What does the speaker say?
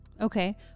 Okay